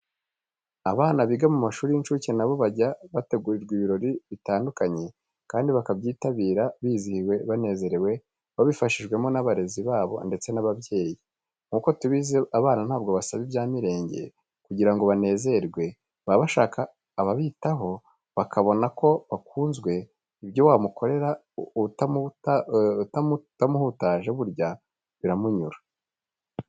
Abana biga mu mashuri y'incuke na bo bajya bategurirwa ibirori bitandukanye kandi bakabyitabira bizihiwe banezerewe babifashijwemo n'abarezi babo ndetse n'ababyeyi. Nk'uko tubizi abana ntabwo basaba ibya mirenge kugira ngo banezerwe, baba bashaka ababitaho bakabona ko bakunzwe, ibyo wamukorera utamuhutaje burya biramunyura.